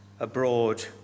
abroad